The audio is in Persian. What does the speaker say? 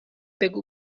بگو